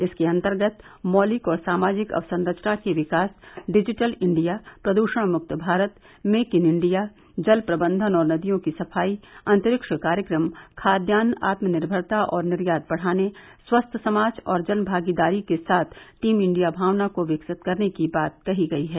इसके अंतर्गत मौलिक और सामाजिक अवसंरचना के विकास डिजिटिल इंडिया प्रदूषण मुक्त भारत मेक इन इंडिया जल प्रबंधन और नदियों की सफाई अंतरिक्ष कार्यक्रम खाद्यान आत्मनिर्भरता और निर्यात बढ़ाने स्वस्थ समाज और जन भागीदारी के साथ टीम इंडिया भावना को विकसित करने की बात कही गई है